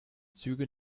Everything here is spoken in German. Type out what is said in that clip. züge